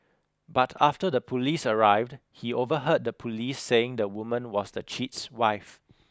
but after the police arrived he overheard the police saying the woman was the cheat's wife